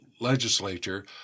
legislature